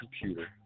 computer